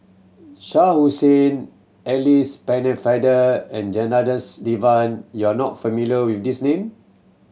Shah Hussain Alice Pennefather and Janadas Devan you are not familiar with these name